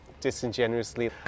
disingenuously